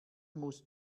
musst